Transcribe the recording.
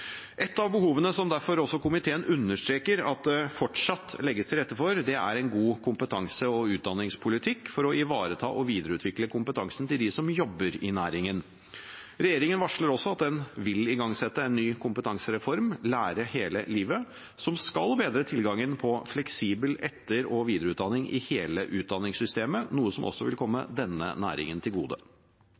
Et av behovene som komiteen derfor understreker, er at det fortsatt legges til rette for en god kompetanse- og utdanningspolitikk, for å ivareta og videreutvikle kompetansen til dem som jobber i næringen. Regjeringen varsler at den vil igangsette en ny kompetansereform, Lære hele livet, som skal bedre tilgangen på fleksibel etter- og videreutdanning i hele utdanningssystemet, noe som også vil komme denne næringen til gode.